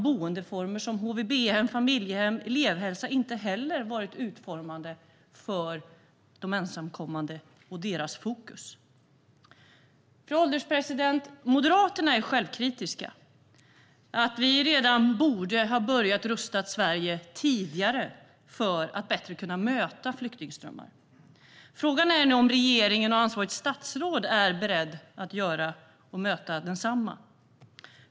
Boendeformer som HVB, familjehem och elevhälsa har inte heller varit utformade med de ensamkommande i fokus. Fru ålderspresident! Moderaterna är självkritiska. Vi borde ha börjat rusta Sverige tidigare för att bättre kunna möta flyktingströmmarna. Frågan är om regeringen och ansvarigt statsråd är beredda att göra och möta detsamma.